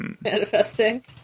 Manifesting